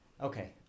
Okay